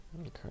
Okay